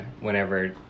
whenever